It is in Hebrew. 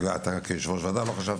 וגם אתה כיושב-ראש ועדה לא חשבת.